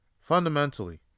fundamentally